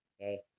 Okay